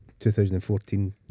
2014